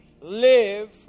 Live